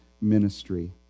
ministry